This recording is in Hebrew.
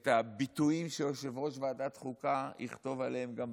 את הביטויים של יושב-ראש ועדת חוקה יכתוב עליהם גם בעיתונים,